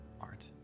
art